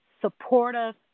supportive